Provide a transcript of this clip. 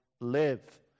live